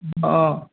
অঁ